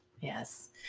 Yes